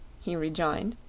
he rejoined,